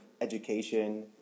Education